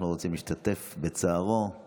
אנחנו רוצים להשתתף בצערו על